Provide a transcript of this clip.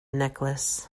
necklace